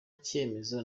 cyemezo